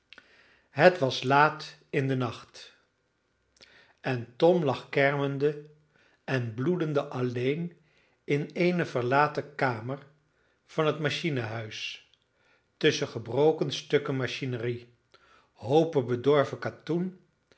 het was laat in den nacht en tom lag kermende en bloedende alleen in eene verlaten kamer van het machinehuis tusschen gebroken stukken machinerie hoopen bedorven katoen